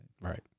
Right